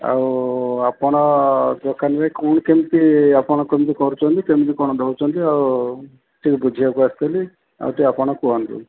ଆଉ ଆପଣ ଦୋକାନରେ କ'ଣ କେମିତି ଆପଣ କେମିତି କରୁଛନ୍ତି ଆପଣ କ'ଣ ଦେଉଛନ୍ତି ଆଉ ଟିକେ ବୁଝିବାକୁ ଆସଥିଲି ଆଉ ଟିକେ ଆପଣ କୁହନ୍ତୁ